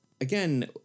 Again